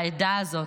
בעדה הזאת,